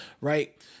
Right